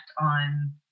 on